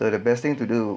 so the best thing to do